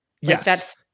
Yes